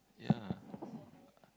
yeah